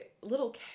little